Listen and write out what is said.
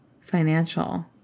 financial